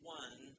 one